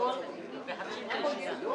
העסקה.